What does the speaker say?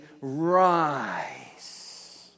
rise